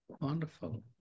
Wonderful